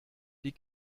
die